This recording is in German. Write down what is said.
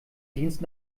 dienst